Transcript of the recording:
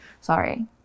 Sorry